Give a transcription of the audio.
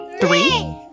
Three